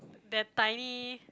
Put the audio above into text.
that tiny